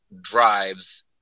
drives